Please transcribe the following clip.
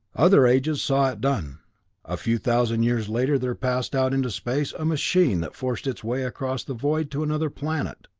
other ages saw it done a few thousand years later there passed out into space a machine that forced its way across the void to another planet!